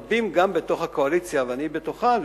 רבים גם בתוך הקואליציה ואני בתוכם,